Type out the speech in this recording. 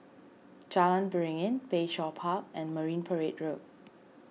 Jalan Beringin Bayshore Park and Marine Parade Road